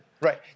Right